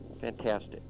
fantastic